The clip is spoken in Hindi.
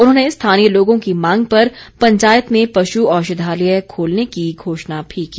उन्होंने स्थानीय लोगों की मांग पर पंचायत में पशु औषधालय खोलने की घोषणा भी की